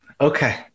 Okay